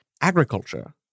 Agriculture